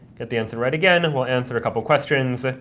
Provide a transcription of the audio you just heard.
get the answer right again. and we'll answer a couple of questions.